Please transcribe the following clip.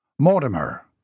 Mortimer